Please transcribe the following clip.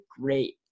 great